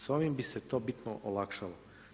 S ovim bi se to bitno olakšalo.